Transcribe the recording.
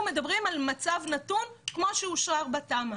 אנחנו מדברים על מצב נתון כמו שאושר בתמ"א